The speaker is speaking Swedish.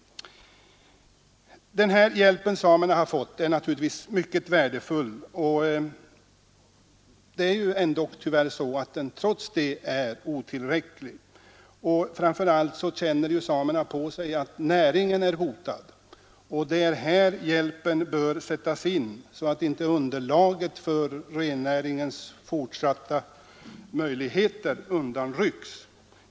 Den hjälp samerna har fått är naturligtvis mycket värdefull. Tyvärr är den trots detta inte tillräcklig. Framför allt känner samerna på sig att näringen är hotad. Det är här hjälpen bör sättas in så att inte underlaget för rennäringens fortsatta möjligheter undanrycks.